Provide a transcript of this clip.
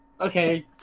Okay